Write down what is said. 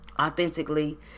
authentically